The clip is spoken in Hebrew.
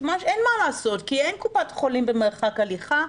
אין מה לעשות, כי אין קופת חולים במרחק הליכה,